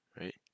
right